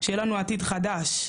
שיהיה לנו עתיד חדש,